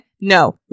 no